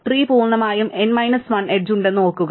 tree പൂർണ്ണമായും n minus 1 edge ഉണ്ടെന്ന് ഓർക്കുക